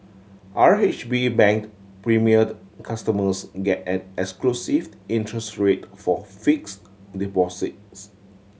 R H B Bank Premier customers get an exclusive interest rate for fixed deposits